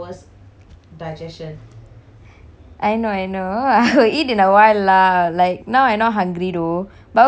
I know I know I will eat in awhile lah like now I not hungry though but okay but usually night time I don't eat a lot